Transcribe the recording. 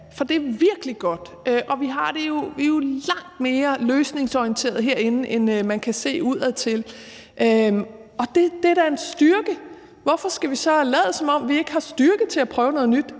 For det er virkelig godt, og vi er jo langt mere løsningsorienterede herinde, end man kan se udefra. Det er da en styrke. Hvorfor skal vi så lade, som om vi ikke har styrke til at prøve noget nyt?